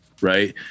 right